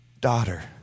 daughter